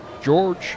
George